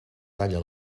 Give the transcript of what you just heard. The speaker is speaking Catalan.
talla